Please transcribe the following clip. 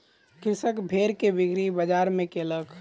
कृषक भेड़ के बिक्री बजार में कयलक